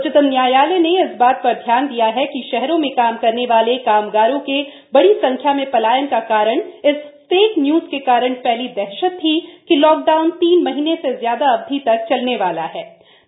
उच्चतम न्यायालय ने इस बात पर ध्यान दिया है कि शहरों में काम करने वाले कामगारों के बड़ी संख्या में पलायन का कारण इस फेक न्यूज के कारण फ़्ली दहशत थी कि लॉकडाउन तीन महीने से ज्यादा अवधि तक चलने वाला हा